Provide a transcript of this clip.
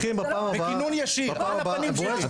בכינון ישיר על הפנים שלי.